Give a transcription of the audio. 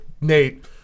Nate